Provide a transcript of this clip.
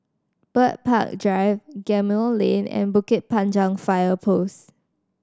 Bird Park Drive Gemmill Lane and Bukit Panjang Fire Post